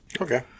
Okay